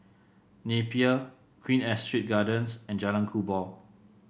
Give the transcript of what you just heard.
Napier Queen Astrid Gardens and Jalan Kubor